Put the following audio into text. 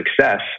success